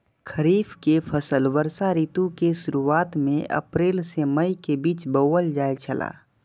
खरीफ के फसल वर्षा ऋतु के शुरुआत में अप्रैल से मई के बीच बौअल जायत छला